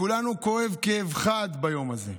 לכולנו כואב כאב חד ביום הזה,